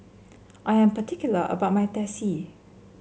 I am particular about my Teh C